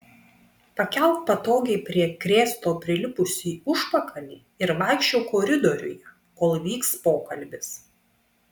pakelk patogiai prie krėslo prilipusį užpakalį ir vaikščiok koridoriuje kol vyks pokalbis